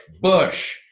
Bush